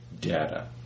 data